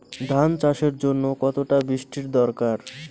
ধান চাষের জন্য কতটা বৃষ্টির দরকার?